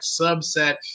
subset